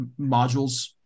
modules